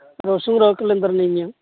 र' सुं र' केलेन्डार नायनि आं